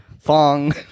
Fong